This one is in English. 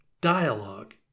Dialogue